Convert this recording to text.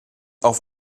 auf